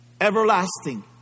everlasting